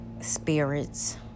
spirits